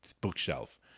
bookshelf